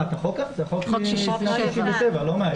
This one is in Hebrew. זה חוק מ-67', לא מהיום.